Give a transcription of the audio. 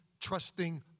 trusting